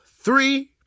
three